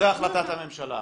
זאת החלטת הממשלה.